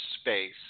space